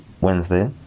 Wednesday